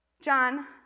John